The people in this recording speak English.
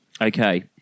Okay